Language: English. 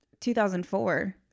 2004